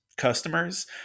customers